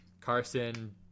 Carson